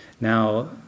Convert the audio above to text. Now